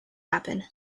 happen